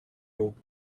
rope